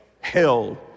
Hell